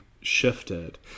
shifted